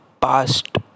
Past